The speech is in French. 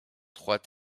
trois